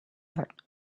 that